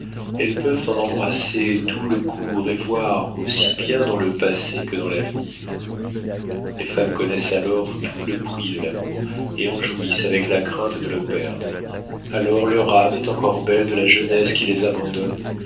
elles peuvent en embrasser tout le cours et voir aussi bien dans le passé que dans l'avenir les femmes connaissent alors tout le prix de l'amour et en jouissent avec la crainte de le perdre alors leur âme est encore belle de la jeunesse qui les abandonne